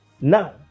Now